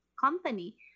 company